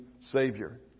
Savior